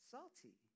Salty